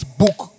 book